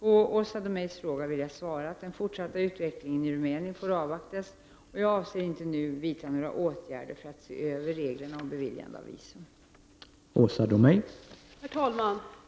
På Åsa Domeijs fråga vill jag svara att den fortsatta utvecklingen i Rumänien får avvaktas, och jag avser inte att nu vidta några åtgärder för att se över reglerna om beviljande av visum. Krav på visering för rumänska medborgare infördes den 1 juli 1989. Det var en kombination av skäl som ledde till beslutet.